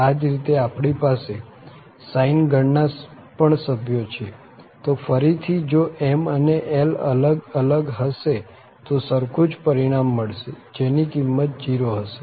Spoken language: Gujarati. આ જ રીતે આપણી પાસે sine ગણ ના પણ સભ્યો છે તો ફરી થી જો m અને n અલગ અલગ હશે તો સરખું જ પરિણામ મળશે જેની કિંમત 0 હશે